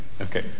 okay